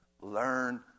learn